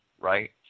right